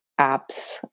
apps